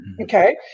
Okay